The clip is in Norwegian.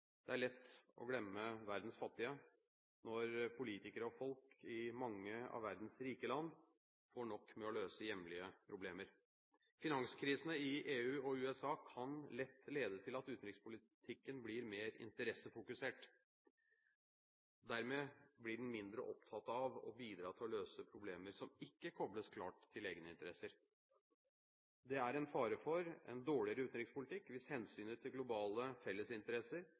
det er lett å glemme verdens fattige når politikere og folk i mange av verdens rike land får nok med å løse hjemlige problemer. Finanskrisene i EU og USA kan lett lede til at utenrikspolitikken blir mer interessefokusert. Dermed blir den mindre opptatt av å bidra til å løse problemer som ikke kobles klart til egeninteresser. Det er fare for en dårligere utenrikspolitikk hvis hensynet til globale